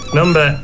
number